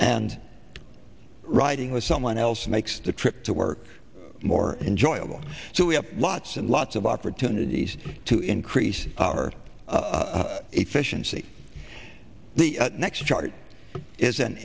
and riding with someone else makes the trip to work more enjoyable so we have lots and lots of opportunities to increase our efficiency the next chart is an